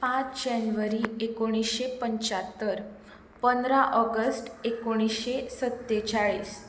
पांच जानेवारी एकुणीशे पंच्यात्तर पंदरा ऑगश्ट एकुणशे सत्तेचाळीस